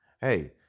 Hey